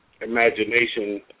imagination